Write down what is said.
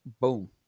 boom